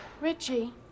Richie